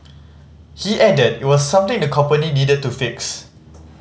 he added it was something the company needed to fix